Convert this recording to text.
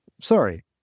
Sorry